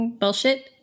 Bullshit